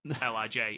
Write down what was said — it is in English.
LIJ